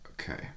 okay